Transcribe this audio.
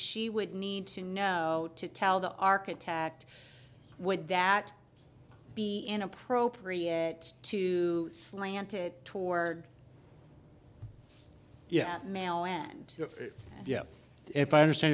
she would need to know to tell the architect would that be inappropriate to slanted toward yes male and yeah if i understand